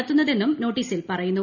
നടത്തുന്നതെന്നും നോട്ട്ീസ്ിൽ ്പറയുന്നു